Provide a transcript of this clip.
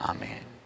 Amen